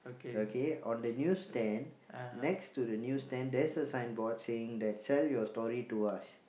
okay on the news stand next to the news stand there's a signboard saying that sell your story to us